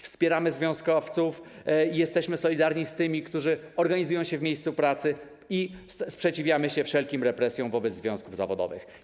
Wspieramy związkowców, jesteśmy solidarni z tymi, którzy organizują się w miejscu pracy, i sprzeciwiamy się wszelkim represjom wobec związków zawodowych.